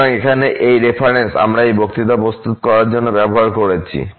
সুতরাং এখানে এই রেফারেন্স আমরা এই বক্তৃতা প্রস্তুত করার জন্য ব্যবহার করেছি